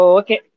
okay